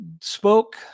spoke